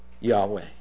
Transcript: Yahweh